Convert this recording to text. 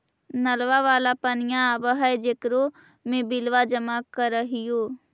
नलवा वाला पनिया आव है जेकरो मे बिलवा जमा करहिऐ?